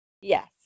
Yes